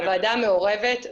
הוועדה מעורבת,